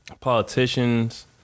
politicians